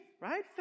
right